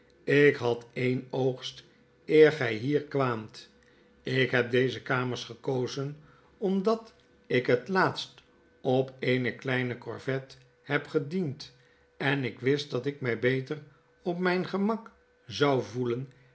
ik had een oogst eer gy hier kwaamt ik heb deze kamers gekozen omdat ik het laatst op eene kleine korvet heb gediend en ik wist dat ik my beter op myn gemak zou voelenergens